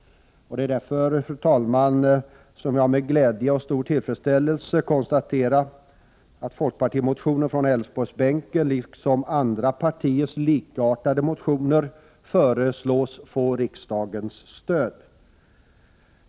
Det är därför, fru talman, som jag med glädje och stor tillfredsställelse konstaterar att folkpartimotionen av ledamöter från Älvsborgsbänken liksom andra partiers likartade motioner föreslås få riksdagens stöd.